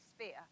sphere